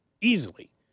easily